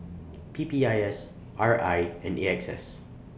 P P I S R I and A X S